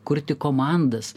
kurti komandas